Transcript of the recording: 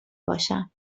باشم